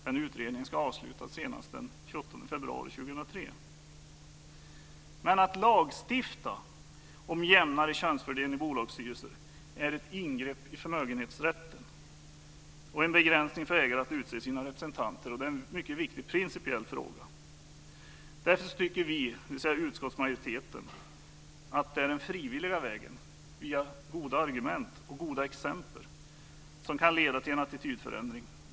Den utredningen ska avslutas senast den 28 februari 2003. Men att lagstifta om en jämnare könsfördelning i bolagsstyrelser är ett ingrepp i förmögenhetsrätten och en begränsning för ägare att utse sina representanter, och det är en mycket viktig principiell fråga. Därför tycker vi, dvs. utskottsmajoriteten, att det är den frivilliga vägen, via goda argument och goda exempel, som kan leda till en attitydförändring.